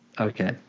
Okay